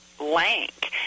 lank